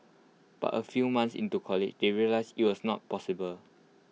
but A few months into college they realised IT was not possible